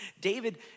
David